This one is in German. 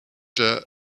der